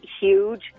huge